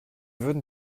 würden